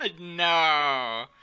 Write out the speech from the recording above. No